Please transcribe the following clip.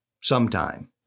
sometime